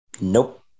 Nope